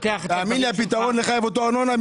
תאמין לי, הפתרון הוא לחייב אותם ארנונה.